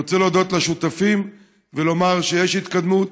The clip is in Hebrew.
אני רוצה להודות לשותפים ולומר שיש התקדמות,